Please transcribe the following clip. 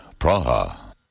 Praha